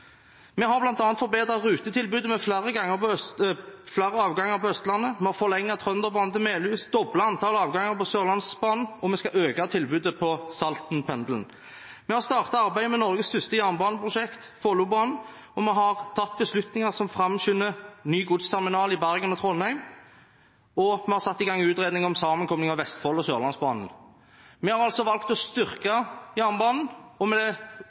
Vi har bl.a. forbedret rutetilbudet med flere avganger på Østlandet, vi har forlenget Trønderbanen til Melhus og doblet antall avganger på Sørlandsbanen, og vi skal øke tilbudet på Salten-pendelen. Vi har startet arbeidet med Norges største jernbaneprosjekt, Follobanen, vi har tatt beslutninger som framskynder ny godsterminal i Bergen og i Trondheim, og vi har satt i gang en utredning om sammenkobling av Vestfoldbanen og Sørlandsbanen. Vi har altså valgt å styrke jernbanen, men vi opplever i debatten i dag at det